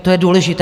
To je důležité.